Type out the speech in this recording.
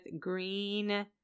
green